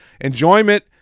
Enjoyment